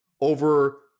over